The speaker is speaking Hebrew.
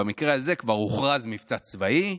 במקרה הזה כבר הוכרז מבצע צבאי,